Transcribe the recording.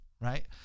right